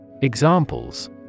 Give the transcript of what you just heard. Examples